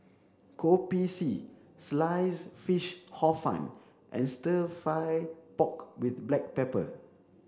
Kopi C sliced fish Hor Fun and stir fry pork with black pepper